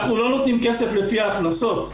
אנחנו לא נותנים כסף לפי ההכנסות.